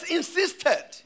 insisted